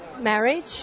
marriage